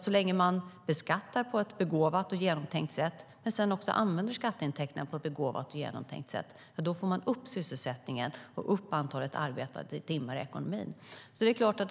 Så länge man beskattar på ett begåvat och genomtänkt sätt, och sedan använder skatteintäkterna på ett begåvat och genomtänkt sätt, får man upp sysselsättningen och antalet arbetade timmar i ekonomin ökar.